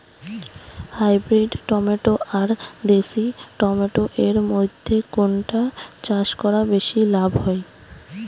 Hybrid tomato আর দেশি tomato এর মইধ্যে কোনটা চাষ করা বেশি লাভ হয়?